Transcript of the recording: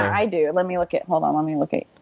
i do. let me look at hold on let me look at